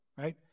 Right